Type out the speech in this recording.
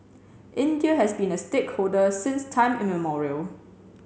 India has been a stakeholder since time immemorial